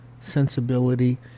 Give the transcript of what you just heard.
sensibility